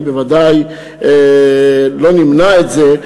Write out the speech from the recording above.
אני בוודאי לא אמנע את זה,